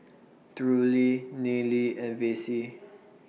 Drury Nealy and Vassie